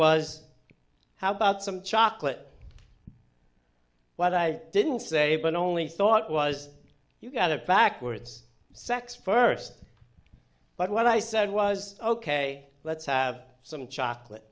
was how about some chocolate what i didn't say but only thought was you got it backwards sex first but what i said was ok let's have some chocolate